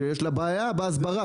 שיש לה בעיה בהסברה.